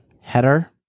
Header